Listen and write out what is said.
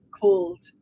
called